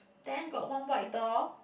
then got one white door